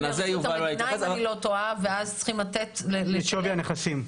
אני לא טועה ואז צריכים לתת --- על פי שווי הנכנסים.